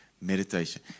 Meditation